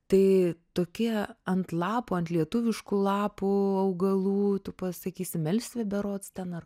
tai tokie ant lapų ant lietuviškų lapų augalų tu pasakysi melsvė berods ten ar